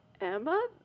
Emma